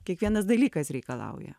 kiekvienas dalykas reikalauja